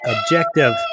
objective